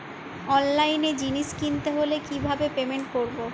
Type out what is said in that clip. অনলাইনে জিনিস কিনতে হলে কিভাবে পেমেন্ট করবো?